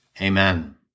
Amen